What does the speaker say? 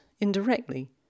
indirectly